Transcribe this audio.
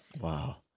Wow